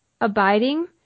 abiding